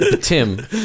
Tim